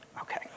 Okay